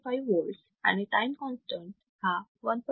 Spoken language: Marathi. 5 volts आणि टाईम कॉन्स्टंट हा 1